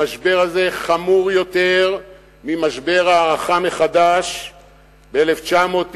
המשבר הזה חמור יותר ממשבר ההערכה מחדש ב-1975,